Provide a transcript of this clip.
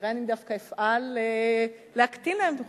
שכנראה אני דווקא אפעל להקטין להם את החופשות.